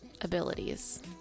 abilities